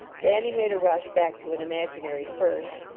thanny made a rush back to an imaginary first,